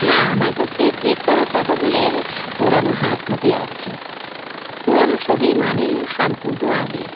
হ্যাঁ আমার কাছে ক্লিক করা ফটোগুলির পুরানো হার্ড কপি আছে পুরানো ছবি মানেই সম্পূর্ণ আবেগ